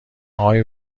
آقای